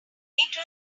flowering